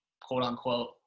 quote-unquote